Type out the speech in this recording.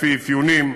לפי אפיונים.